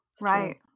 Right